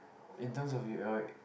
in terms of your